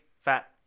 fat